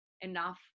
enough